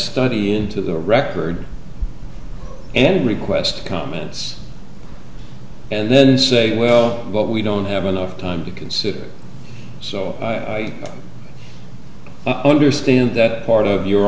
study into the record and request comments and then say well what we don't have enough time to consider so i understand that part of your